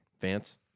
Vance